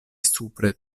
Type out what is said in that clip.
supre